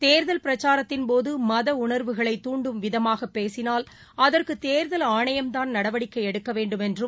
தேர்தல் பிரச்சாரத்தின்போதுமதஉணர்வுகளை தூண்டும் விதமாகபேசினார் அதற்குதேர்தல் ஆணையம்தான் நடவடிக்கைஎடுக்கவேண்டும் என்றும்